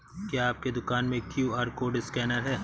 क्या आपके दुकान में क्यू.आर कोड स्कैनर है?